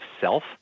self